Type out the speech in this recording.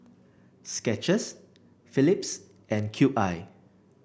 Skechers Phillips and Cube I